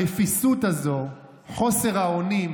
הרפיסות הזאת, חוסר האונים,